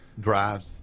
drives